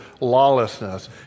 lawlessness